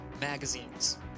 magazines